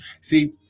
See